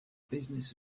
business